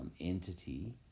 Entity